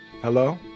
Hello